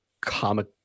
comic